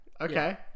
Okay